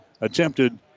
attempted